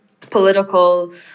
political